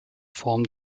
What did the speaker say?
form